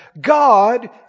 God